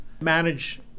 manage